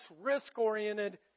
risk-oriented